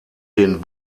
den